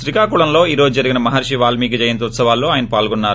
శ్రీకాకుళంలో ఈ రోజు జరిగిన మహర్షి వాల్మి జయంతి ఉత్సవాల్లో పాల్గొన్నారు